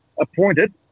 appointed